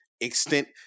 extent